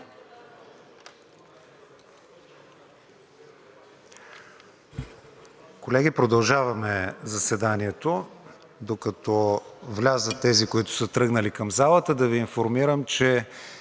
Колеги, продължаваме заседанието. Докато влязат тези, които са тръгнали към залата, да Ви информирам, че